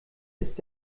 ist